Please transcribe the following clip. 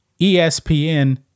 ESPN